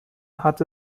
hat